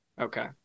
Okay